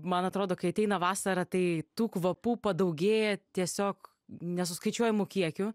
man atrodo kai ateina vasara tai tų kvapų padaugėja tiesiog nesuskaičiuojamu kiekiu